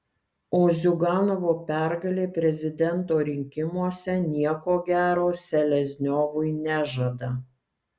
o ziuganovo pergalė prezidento rinkimuose nieko gero selezniovui nežada